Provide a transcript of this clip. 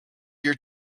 your